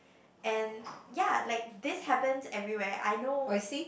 and ya like this happened every where I know